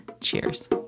Cheers